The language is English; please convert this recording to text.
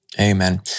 Amen